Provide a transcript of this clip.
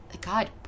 God